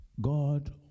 God